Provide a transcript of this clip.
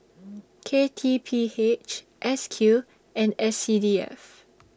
K T P H S Q and S C D F